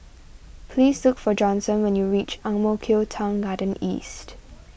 please look for Johnson when you reach Ang Mo Kio Town Garden East